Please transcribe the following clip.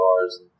bars